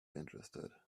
interested